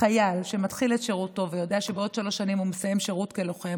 חייל שמתחיל את שירותו ויודע שבעוד שלוש שנים הוא מסיים שירות כלוחם,